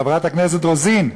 חברת הכנסת רוזין,